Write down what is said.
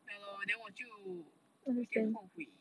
ya lor then 我就一点后悔